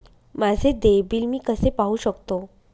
माझे देय बिल मी कसे पाहू शकतो?